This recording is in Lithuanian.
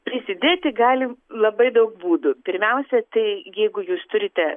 prisidėti gali labai daug būdų pirmiausia tai jeigu jūs turite